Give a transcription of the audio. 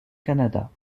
canada